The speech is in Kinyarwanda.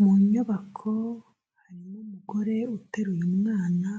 Mu nyubako harimo umugore uteruye umwana,